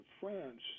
France